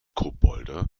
kobolde